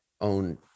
own